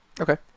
Okay